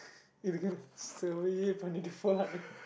finally to fall out